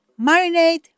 marinate